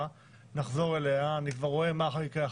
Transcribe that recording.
הלוואי שבלחיצת כפתור הייתי יכולה להתייחס לנתונים,